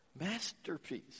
masterpiece